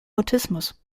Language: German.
mutismus